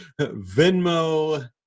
Venmo